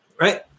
right